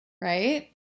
right